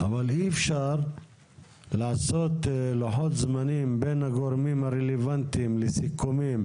אבל אי אפשר לעשות לוחות זמנים בין הגורמים הרלוונטיים לסיכומים